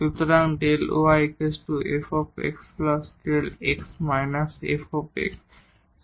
সুতরাং Δ y f xΔ x −f